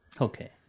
Okay